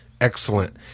excellent